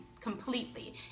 completely